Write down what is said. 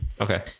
okay